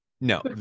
no